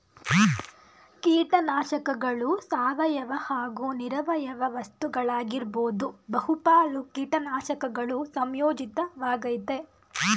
ಕೀಟನಾಶಕಗಳು ಸಾವಯವ ಹಾಗೂ ನಿರವಯವ ವಸ್ತುಗಳಾಗಿರ್ಬೋದು ಬಹುಪಾಲು ಕೀಟನಾಶಕಗಳು ಸಂಯೋಜಿತ ವಾಗಯ್ತೆ